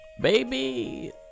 Baby